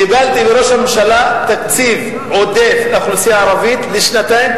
קיבלתי מראש הממשלה תקציב עודף לאוכלוסייה הערבית לשנתיים,